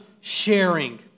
sharing